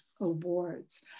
Awards